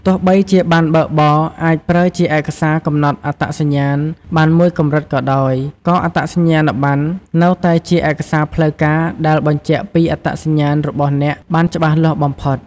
ទោះបីជាប័ណ្ណបើកបរអាចប្រើជាឯកសារកំណត់អត្តសញ្ញាណបានមួយកម្រិតក៏ដោយ ក៏អត្តសញ្ញាណប័ណ្ណនៅតែជាឯកសារផ្លូវការដែលបញ្ជាក់ពីអត្តសញ្ញាណរបស់អ្នកបានច្បាស់លាស់បំផុត។